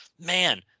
man